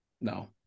No